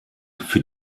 für